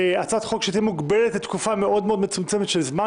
זאת הצעת חוק שתהיה מוגבלת לתקופה מאוד מצומצמת של זמן